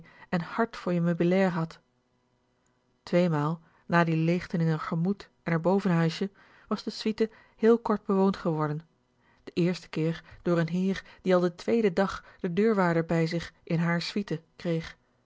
r t voor je meubilair had tweemaal na die leegten in r gemoed en r bovenhuisje was de suite heel kort bewoond geworden den eersten keer door n heer die al den tweeden dag den deurwaarder bij zich in haar suite kreeg